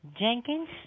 Jenkins